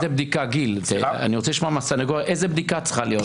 אני רוצה לשמוע מהסניגוריה איזה בדיקה צריכה להיות?